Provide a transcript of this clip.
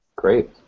Great